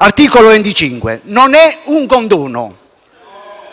L’articolo 25 non è un condono.